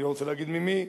אני לא רוצה להגיד ממי,